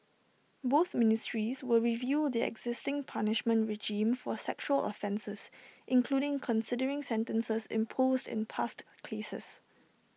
both ministries will review the existing punishment regime for sexual offences including considering sentences imposed in past cases